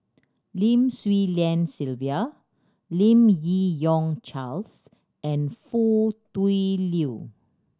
Lim Swee Lian Sylvia Lim Yi Yong Charles and Foo Tui Liew